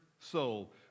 soul